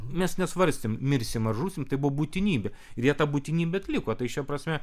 mes nesvarstėm mirsim ar žūsim tai buvo būtinybė vieta būtinybę atliko tai šia prasme